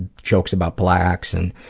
jokes about blacks and.